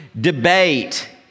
debate